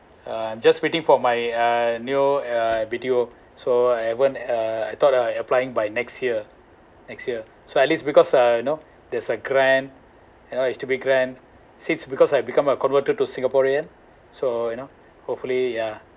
uh just waiting for my uh new uh B_T_O so I went uh I thought I applying by next year next year so at least because uh you know there's a grant you know it's a bit grant since because I've become a converted to singaporean so you know hopefully yeah